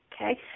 okay